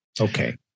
Okay